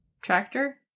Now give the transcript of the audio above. Tractor